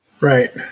Right